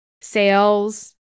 sales